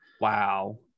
Wow